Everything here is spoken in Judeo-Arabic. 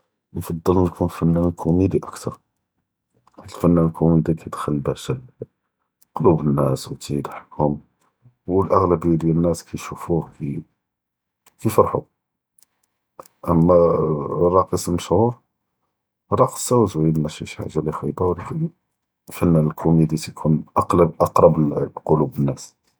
נְפַדֶּל נְכוּן פַנַّאן כּוּמִידִי אַחְסַן، חִית אֶלְפַנַّאן אֶלְכּוּמִידִי כִּיְדְכּוּל אֶלְבַּהְגַ'ה לִקְלוּב אֶנְנַאס וְתַאיְדְחַכְּהוּם, וּאֶלְאַעְ'לַבִּיָּה תַּאְע אֶנְנַאס כִּי יְשוּפוּה כָּאיְפְרַחוּ, אַמָּא אֶרְרָאקִץ' אֶלְמַשְׁהוּר, אֶרְרָאקִץ' תַאהוּ זְוֵיְן מְשִׁי שִׁי חָאגַ'ה חַ'איְבַּה, וְלַכִּן אֶלְפַנַّאן אֶלְכּוּמִידִי תָאיְכוּן אַקְרַבּ לִל...